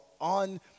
on